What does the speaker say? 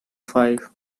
five